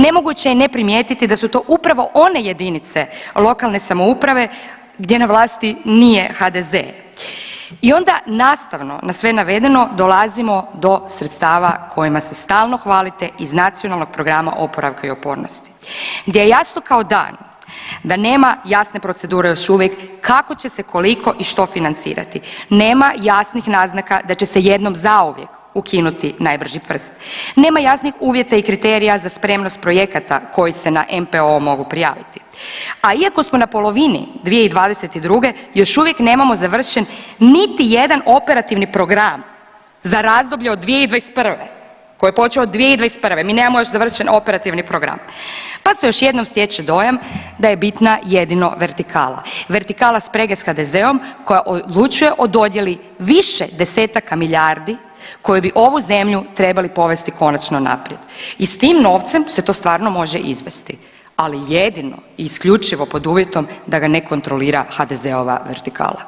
Nemoguće je ne primijetiti da su to upravo one JLS gdje na vlasti nije HDZ i onda nastavno na sve navedeno dolazimo do sredstava kojima se stalno hvalite iz NPOO-a gdje je jasno kao dan da nema jasne procedure još uvijek kako će se, koliko i što financirati, nema jasnih naznaka da će se jednom zauvijek ukinuti najbrži prst, nema jasnih uvjeta i kriterija za spremnost projekata koji se na NPOO mogu prijaviti, a iako smo na polovini 2022. još uvijek nemamo završen niti jedan operativni program za razdoblje od 2021., koji je počeo 2021., mi nemamo još završen operativni program, pa se još jednom stječe dojam da je bitna jedino vertikala, vertikala sprege sa HDZ-om koja odlučuje o dodjeli više desetaka milijardi koji bi ovu zemlju trebali povesti konačno naprijed i s tim novcem se to stvarno može izvesti, ali jedino i isključivo pod uvjetom da ga ne kontrolira HDZ-ova vertikala.